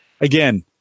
again